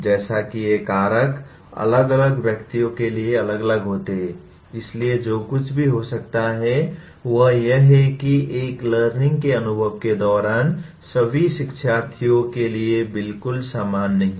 जैसा की ये कारक अलग अलग व्यक्तियों के लिए अलग अलग होते हैं इसलिए जो कुछ भी हो सकता है वह यह है कि एक लर्निंग के अनुभव के दौरान सभी शिक्षार्थियों के लिए बिल्कुल समान नहीं है